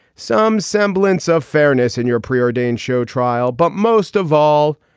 some semblance of fairness and your preordained show trial. but most of all,